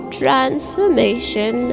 transformation